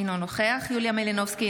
אינו נוכח יוליה מלינובסקי,